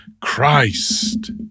Christ